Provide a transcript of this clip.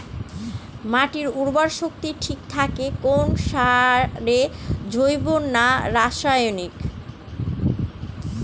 মাটির উর্বর শক্তি ঠিক থাকে কোন সারে জৈব না রাসায়নিক?